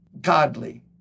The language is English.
Godly